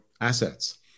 assets